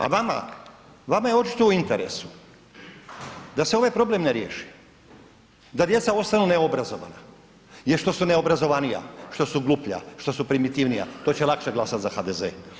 A vama, vama je očito u interesu da se ovaj problem ne riješi, da djeca ostanu neobrazovana jer što su neobrazovanija, što su gluplja, što su primitivnija, to će lakše glasat za HDZ.